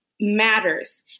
matters